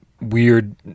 weird